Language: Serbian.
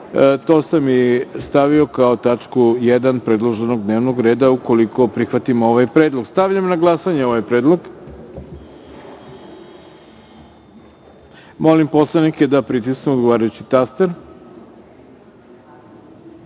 sam i stavio kao tačku 1. predloženog dnevnog reda, ukoliko prihvatimo ovaj predlog. Stavljam na glasanje ovaj predlog. Molim poslanike da pritisnu odgovarajući